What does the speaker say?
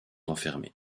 enfermés